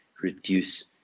reduce